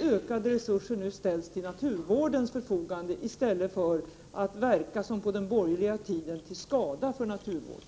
ökat resurserna för naturvården, i stället för att som på den borgerliga tiden verka till skada för naturvården.